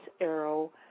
arrow